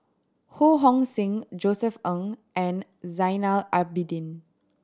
Ho Hong Sing Josef Ng and Zainal Abidin